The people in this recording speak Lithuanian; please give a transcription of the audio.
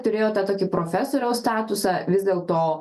turėjo tą tokį profesoriaus statusą vis dėlto